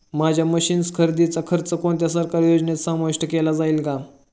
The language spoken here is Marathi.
माझ्या मशीन्स खरेदीचा खर्च कोणत्या सरकारी योजनेत समाविष्ट केला जाईल का?